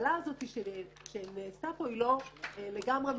ההבדלה הזאת שנעשתה פה לא לגמרי מדויקת.